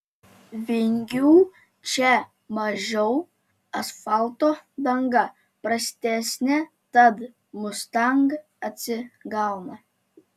vingių čia mažiau asfalto danga prastesnė tad mustang atsigauna